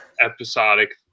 episodic